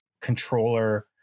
controller